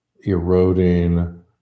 eroding